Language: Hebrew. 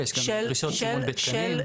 ויש גם דרישות סימון בתקנים.